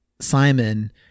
Simon